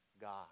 God